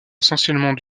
essentiellement